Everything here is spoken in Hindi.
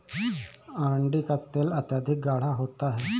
अरंडी का तेल अत्यधिक गाढ़ा होता है